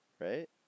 right